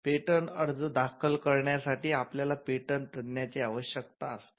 patent अर्ज दाखल करण्यासाठी आपल्याला पेटंट तज्ञाची आवश्यकता असते